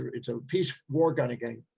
it's a peace war kind of game.